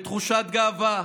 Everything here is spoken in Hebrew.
בתחושת גאווה.